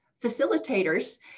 facilitators